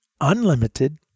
unlimited